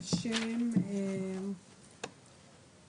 טלי קיסר בוקר טוב,